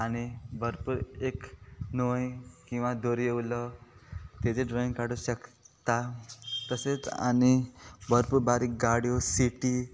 आनी भरपूर एक नोय किंवा दोरयो तेजे ड्रॉइंग काडू शकता तशेंत आनी भरपूर बारीक गाडयो सिटी